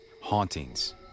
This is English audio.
hauntings